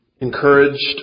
encouraged